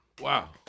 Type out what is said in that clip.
Wow